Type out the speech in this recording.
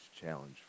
challenge